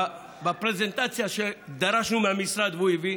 זה בפרזנטציה שדרשנו מהמשרד והוא הביא,